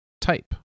Type